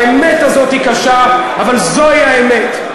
האמת הזאת היא קשה, אבל זאת האמת.